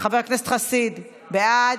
חבר הכנסת חסיד, בעד,